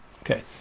Okay